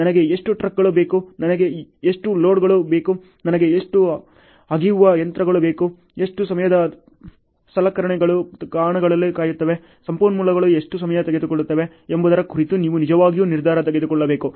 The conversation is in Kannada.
ನನಗೆ ಎಷ್ಟು ಟ್ರಕ್ಗಳು ಬೇಕು ನನಗೆ ಎಷ್ಟು ಲೋಡರ್ಗಳು ಬೇಕು ನನಗೆ ಎಷ್ಟು ಅಗೆಯುವ ಯಂತ್ರಗಳು ಬೇಕು ಎಷ್ಟು ಸಮಯದ ಸಲಕರಣೆಗಳು ತಾಣಗಳಲ್ಲಿ ಕಾಯುತ್ತಿವೆ ಸಂಪನ್ಮೂಲಗಳು ಎಷ್ಟು ಸಮಯ ತೆಗೆದುಕೊಳ್ಳುತ್ತಿವೆ ಎಂಬುದರ ಕುರಿತು ನೀವು ನಿಜವಾಗಿಯೂ ನಿರ್ಧಾರ ತೆಗೆದುಕೊಳ್ಳಬೇಕು